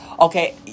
Okay